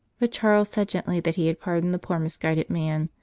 but charles said gently that he had pardoned the poor misguided man,